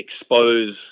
expose